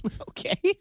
Okay